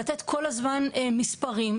לתת כל הזמן מספרים.